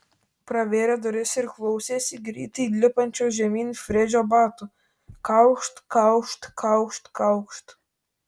pravėrė duris ir klausėsi greitai lipančio žemyn fredžio batų kaukšt kaukšt kaukšt kaukšt